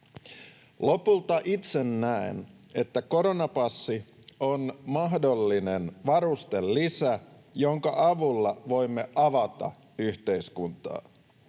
Lopulta itse näen, että koronapassi on mahdollinen varustelisä, jonka avulla voimme avata yhteiskuntaa.